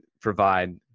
provide